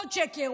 עוד שקר.